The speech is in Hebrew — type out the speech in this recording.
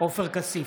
עופר כסיף,